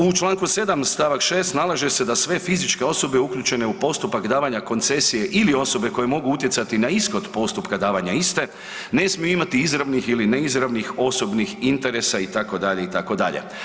U čl. 7. st. 6. nalaže se da sve fizičke osobe uključene u postupak davanja koncesije ili osobe koje mogu utjecati na ishod postupka davanja iste, ne smiju imati izravnih ili neizravnih osobnih interesa itd., itd.